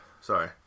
Sorry